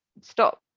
stop